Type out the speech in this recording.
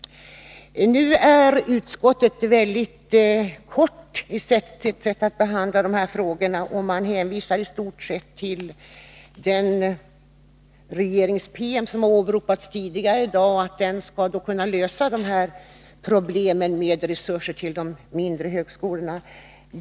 Utskottet har på ett mycket kortfattat sätt behandlat de här frågorna och hänvisar i stort sett bara till den regeringspromemoria som åberopats tidigare i dag och som man menar innehåller lösningen på problemen när det gäller resurser till de mindre högskolorna.